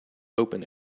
open